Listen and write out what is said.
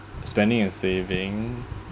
spending and saving